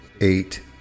eight